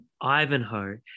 Ivanhoe